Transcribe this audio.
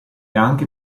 anche